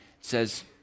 says